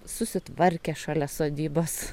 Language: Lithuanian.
susitvarkę šalia sodybos